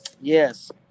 Yes